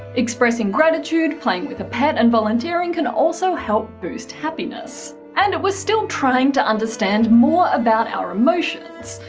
expressing gratitude, playing with a pet and volunteering can also help boost happiness. and we're still trying to understand more about our emotions.